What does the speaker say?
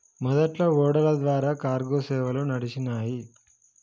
మొదట్లో ఓడల ద్వారా కార్గో సేవలు నడిచినాయ్